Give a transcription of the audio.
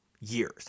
years